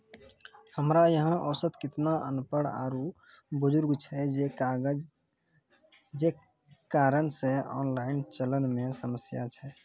हमरा यहाँ औसत किसान अनपढ़ आरु बुजुर्ग छै जे कारण से ऑनलाइन चलन मे समस्या छै?